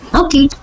okay